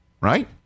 right